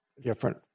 different